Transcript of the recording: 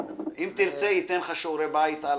אם תרצה פולקמן